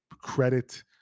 credit